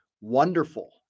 wonderful